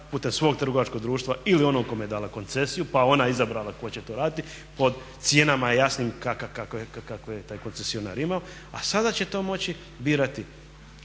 putem svog trgovačkog društva ili onog kome je dala koncesiju pa je ona izabrala tko će to raditi po cijenama jasno kakve taj koncesionar ima, a sada će to moći birati